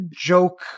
joke